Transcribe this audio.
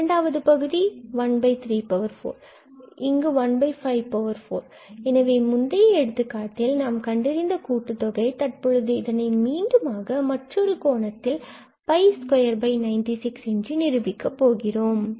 எனவே இரண்டாவது பகுதி 134இங்கு 154 ஆகியவை ஆகும் இதுவே முந்தைய எடுத்துக்காட்டில் நாம் கண்டறிந்த கூட்டுத்தொகை தற்பொழுது நாம் இதனை மீண்டுமாக மற்றொரு கோணத்தில் 296என்று நிரூபிக்க போகிறோம்